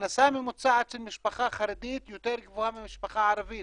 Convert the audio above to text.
הכנסה ממוצעת של משפחה חרדית יותר גבוהה ממשפחה ערבית